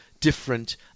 different